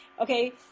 Okay